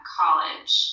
college